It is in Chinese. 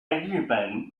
日本